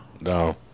No